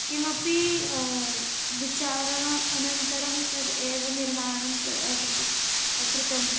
किमपि विचारण अनन्तरं तद् एव निर्माणं कृतं कृतम्